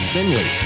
Finley